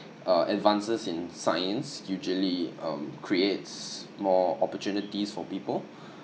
uh advances in science usually um creates more opportunities for people